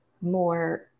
more